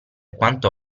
quanto